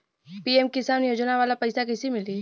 PM Kisan योजना वाला पैसा कईसे मिली?